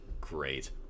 great